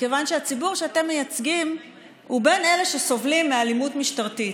מכיוון שהציבור שאתם מייצגים הוא בין אלה שסובלים מאלימות משטרתית.